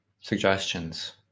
suggestions